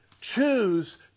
choose